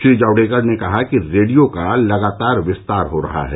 श्री जावडेकर ने कहा कि रेडियो का लगातार विस्तार हो रहा है